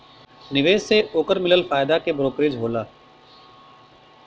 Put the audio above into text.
निवेश से ओकर मिलल फायदा के ब्रोकरेज होला